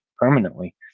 permanently